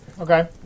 Okay